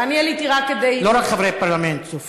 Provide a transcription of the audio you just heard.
אבל אני עליתי רק כדי, לא רק חברי פרלמנט, סופרים,